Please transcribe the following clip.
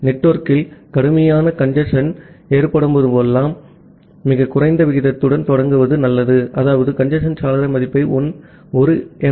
நெட்வொர்க்கில் கடுமையான கஞ்சேஸ்ன் ஏற்படும்போதெல்லாம் மிகக் குறைந்த விகிதத்துடன் தொடங்குவது நல்லது அதாவது கஞ்சேஸ்ன் சாளர மதிப்பை 1 எம்